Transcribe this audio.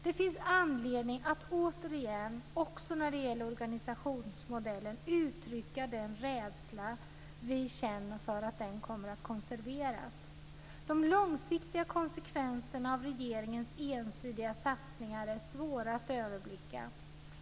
Det finns anledning att återigen när det gäller organisationsmodellen uttryckta den rädsla vi känner för att den kommer att konserveras. De långsiktiga konsekvenserna av regeringens ensidiga satsningar är svåra att överblicka.